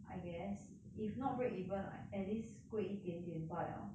I guess if not break even at least 贵一点点罢了